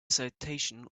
citation